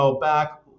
back